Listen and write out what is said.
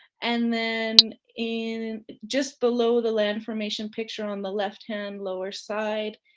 and then and just below the land formation picture on the left hand lower side,